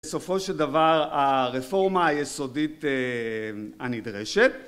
בסופו של דבר הרפורמה היסודית הנדרשת